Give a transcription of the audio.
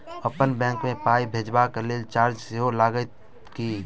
अप्पन बैंक मे पाई भेजबाक लेल चार्ज सेहो लागत की?